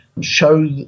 show